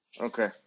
Okay